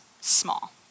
small